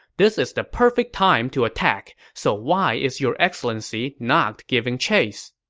this is the perfect time to attack, so why is your excellency not giving chase?